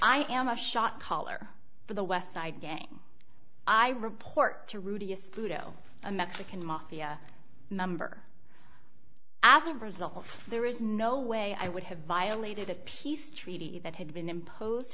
i am a shot caller for the west side gang i report to rudy a studio a mexican mafia member as a result there is no way i would have violated a peace treaty that had been imposed